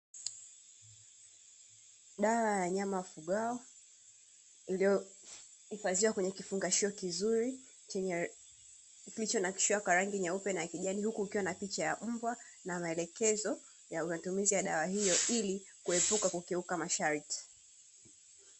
Dawa ya wanyama wafugwao iliyohifadhiwa kwenye kifungashio kizuri, kilichonakshiwa kwa rangi nyeupe na kijani huku kukiwa na picha ya mbwa na maelekezo ya matumizi ya dawa hiyo ili kuepuka kukiuka masharti.